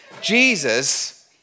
Jesus